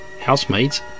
Housemates